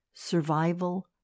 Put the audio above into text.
Survival